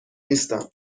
نیستم